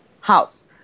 house